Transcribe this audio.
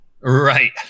right